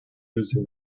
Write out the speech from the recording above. using